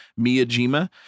Miyajima